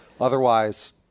Otherwise